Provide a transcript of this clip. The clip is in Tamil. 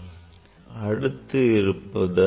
இதனை அடுத்து இருப்பது